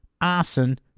arson